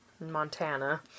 Montana